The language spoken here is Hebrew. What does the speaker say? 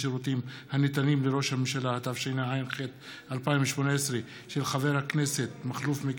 אני רוצה להעלות לסדר-היום של הכנסת נושא שנראה לי מאוד חשוב.